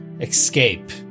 escape